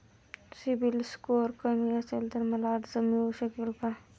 CIBIL score कमी असेल तर मला कर्ज मिळू शकेल का?